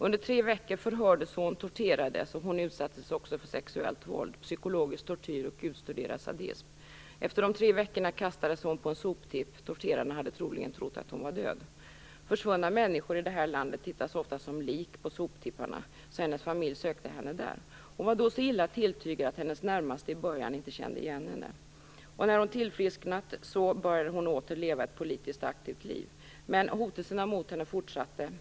Under tre veckor förhördes hon och torterades. Hon utsattes också för sexuellt våld, psykologisk tortyr och utstuderad sadism. Efter de tre veckorna kastades hon på en soptipp. Torterarna hade troligen trott att hon var död. Försvunna människor i det land det är fråga om hittas ofta som lik på soptipparna, så hennes familj sökte henne där. Hon var då så illa tilltygad att hennes närmaste i början inte kände igen henne. När hon tillfrisknat började hon åter leva ett politiskt aktivt liv. Men hotelserna mot henne fortsatte.